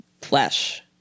flesh